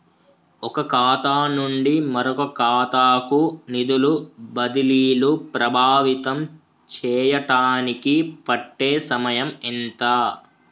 ఒక ఖాతా నుండి మరొక ఖాతా కు నిధులు బదిలీలు ప్రభావితం చేయటానికి పట్టే సమయం ఎంత?